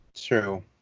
True